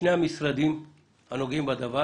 שני המשרדים הנוגעים בדבר